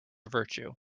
virtue